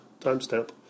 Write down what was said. timestamp